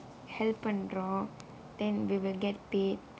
help and draw then we'll get paid